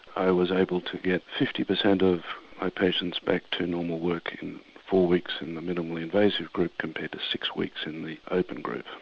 i was able to get fifty percent of my patients back to normal work in four weeks in the minimally invasive group compared to six weeks in the open group.